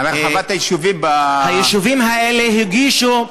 על הרחבת היישובים, היישובים האלה הגישו,